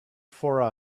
for